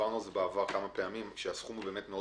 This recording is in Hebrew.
דיברנו בעבר כמה פעמים שהסכום באמת מאוד